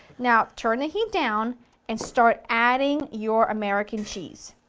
now turn the heat down and start adding your american cheese.